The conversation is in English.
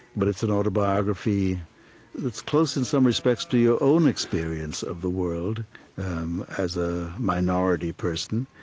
but it's an autobiography that's close, in some respects, to your own experience of the world as a minority person.